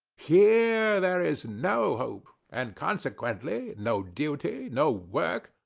here there is no hope, and consequently no duty, no work,